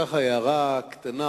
הערה קטנה,